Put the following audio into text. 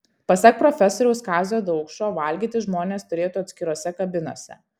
pasak profesoriaus kazio daukšo valgyti žmonės turėtų atskirose kabinose